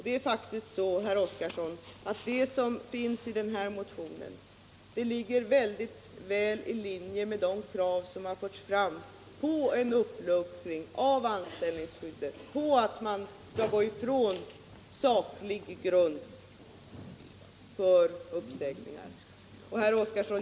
Det som föreslås i herr Oskarsons motion ligger väldigt väl i linje med de krav som har förts fram om en uppluckring av anställningsskyddet, krav på att det inte skall fordras saklig grund för uppsägningar.